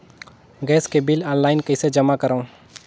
Gas के bill online कइसे जमा करव?